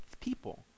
people